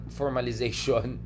formalization